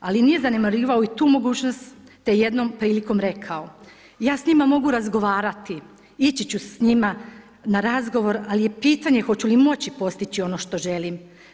Ali nije zanemarivao i tu mogućnost te jednom prilikom rekao: Ja s njima mogu razgovarati, ići ću s njima na razgovor, ali je pitanje hoću li moći postići ono što želim.